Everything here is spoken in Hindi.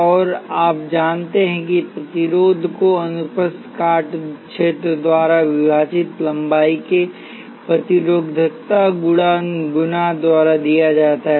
और आप जानते हैं कि प्रतिरोध को अनुप्रस्थ काट क्षेत्र द्वारा विभाजित लंबाई के प्रतिरोधकता गुणा द्वारा दिया जाता है